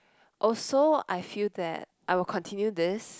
also I feel that I will continue this